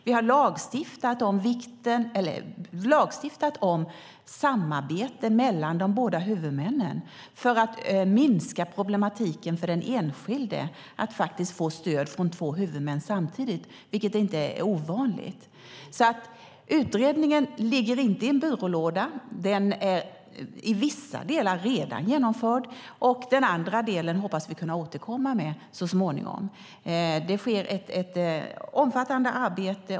Vi har lagstiftat om samarbete mellan de båda huvudmännen för att minska problematiken för den enskilde att få stöd från två huvudmän samtidigt, vilket inte är ovanligt. Utredningen ligger inte i en byrålåda. Den är i vissa delar redan genomförd, och andra delar hoppas vi kunna återkomma med så småningom. Det sker ett omfattande arbete.